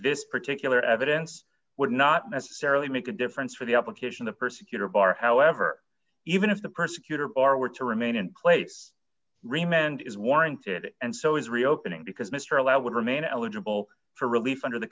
this particular evidence would not necessarily make a difference for the application the persecutor bar however even if the prosecutor or were to remain in place re men is warranted and so is reopening because mr allowed would remain eligible for relief under the